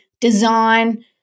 design